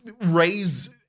raise